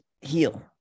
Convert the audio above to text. heal